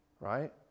right